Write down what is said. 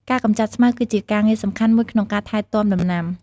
ការកម្ចាត់ស្មៅគឺជាការងារសំខាន់មួយក្នុងការថែទាំដំណាំ។